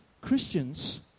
Christians